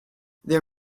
their